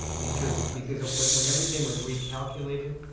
because because when everything was recalculated,